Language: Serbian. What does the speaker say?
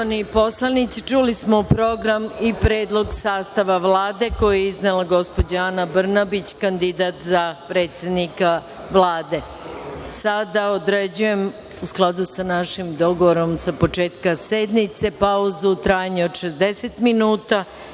Poštovani poslanici, čuli smo program i predlog sastava Vlade koji je iznela gospođa Ana Brnabić, kandidat za predsednika Vlade. Sada određujem, u skladu sa našim dogovorom sa početka sednice, pauzu u trajanju od 60 minuta.